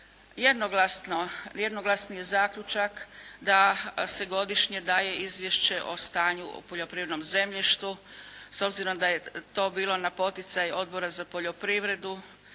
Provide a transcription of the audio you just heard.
jednoglasni je zaključak da se godišnje daje Izvješće o stanju o poljoprivrednom zemljištu s obzirom da je to bilo na poticaj Odbora za poljoprivredu,